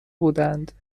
بودند